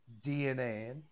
DNA